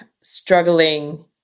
struggling